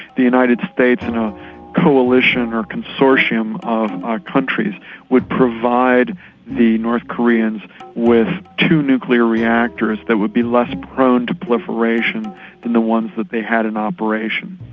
the united states and a coalition or consortium of ah countries would provide the north koreans with two nuclear reactors that would be less prone to proliferation than the ones that they had in operation.